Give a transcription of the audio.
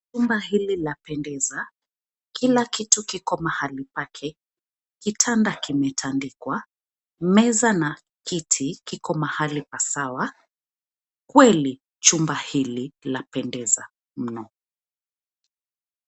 Nyumba hili lapendeza, kila kitu kiko mahali pake, kitanda kimetandikwa, meza na kiti kiko mahali pasawa. Kweli chumba hili lapendeza mno.